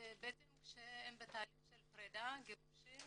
כשהם בתהליך של פרידה וגירושים